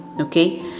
Okay